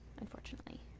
unfortunately